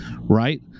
right